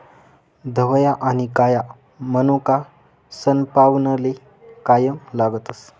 धवया आनी काया मनोका सनपावनले कायम लागतस